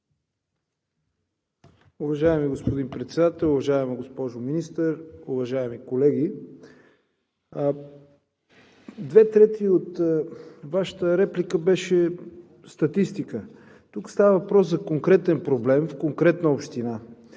Уважаеми господин Председател, уважаема госпожо Министър, уважаеми колеги! Две трети от Вашата реплика беше статистика. Тук става въпрос за конкретен проблем, в конкретна община.